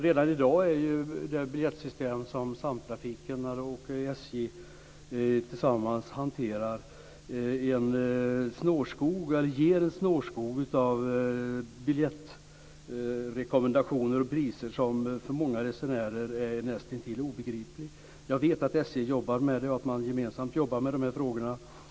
Redan i dag är det biljettsystem som Samtrafiken och SJ tillsammans hanterar en snårskog av biljettrekommendationer och priser. Det är för många resenärer näst intill obegripligt. Jag vet att SJ jobbar med det, att man gemensamt jobbar med frågorna.